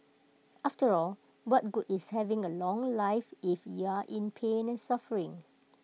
after all what good is having A long life if you are in pain and suffering